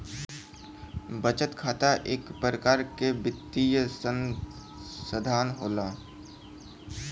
बचत खाता इक परकार के वित्तीय सनसथान होला